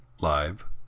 Live